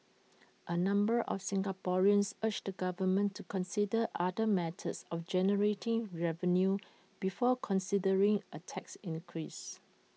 A number of Singaporeans urged the government to consider other methods of generating revenue before considering A tax increase